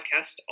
podcast